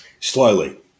Slowly